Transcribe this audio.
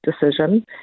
decision